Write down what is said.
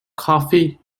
coffee